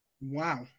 Wow